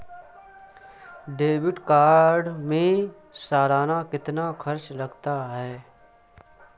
Debit card में सालाना कितना खर्च लगता है?